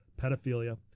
pedophilia